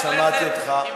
שמעתי אותך.